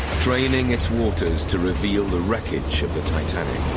draining its waters to reveal the wreckage of the titanic.